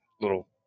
little